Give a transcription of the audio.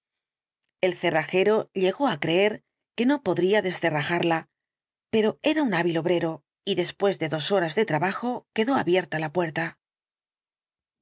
el cerrajero llegó á creer que no podría descerrajarla pero era un hábil obrero y después de dos horas de trabajo quedó abierta la puerta